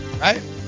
Right